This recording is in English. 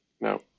No